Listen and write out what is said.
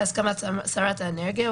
בהסכמת שרת האנרגיה,